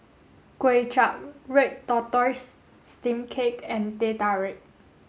Kway Chap red tortoise steamed cake and Teh Tarik